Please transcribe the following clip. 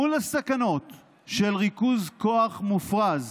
מול הסכנות של ריכוז כוח מופרז